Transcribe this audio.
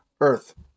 earth